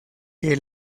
que